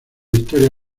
historia